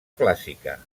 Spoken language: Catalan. clàssica